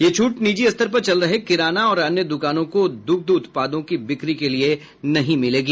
ये छूट निजी स्तर पर चल रहे किराना और अन्य दुकानों को दुग्ध उत्पादों की बिक्री के लिये नहीं मिलेगी